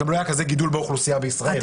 וגם לא היה כזה גידול באוכלוסייה בישראל.